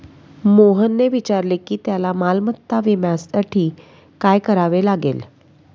मोहनने विचारले की त्याला मालमत्ता विम्यासाठी काय करावे लागेल?